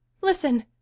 listen